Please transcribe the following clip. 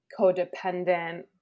codependent